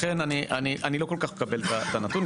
לכן אני לא מקבל את הנתון.